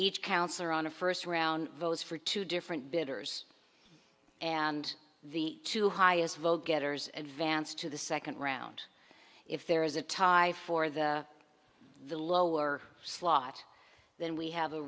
each councillor on a first round vote is for two different bidders and the two highest vote getters and vance to the second round if there is a tie for the the lower slot then we have a